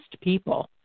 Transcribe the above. people